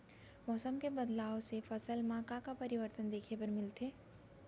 मौसम के बदलाव ले फसल मा का का परिवर्तन देखे बर मिलथे?